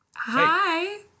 Hi